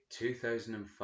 2005